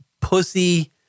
pussy